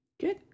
Good